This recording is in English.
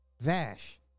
Vash